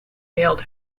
hailed